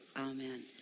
amen